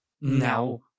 Now